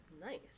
Nice